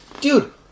dude